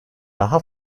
daha